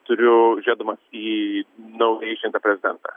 turiu žiūrėdamas į naujai išrinktą prezidentą